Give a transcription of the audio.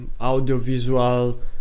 audiovisual